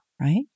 Right